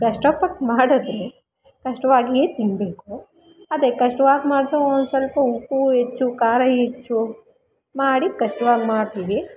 ಕಷ್ಟಪಟ್ಟು ಮಾಡಿದ್ರೆ ಕಷ್ಟವಾಗಿಯೇ ತಿನ್ಬೇಕು ಅದೇ ಕಷ್ಟವಾಗಿ ಮಾಡ್ತಾ ಒಂದುಸ್ವಲ್ಪ ಉಪ್ಪು ಹೆಚ್ಚು ಖಾರ ಹೆಚ್ಚು ಮಾಡಿ ಕಷ್ಟವಾಗಿ ಮಾಡ್ತೀವಿ